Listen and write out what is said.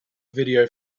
video